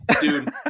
dude